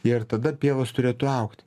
ir tada pievos turėtų augti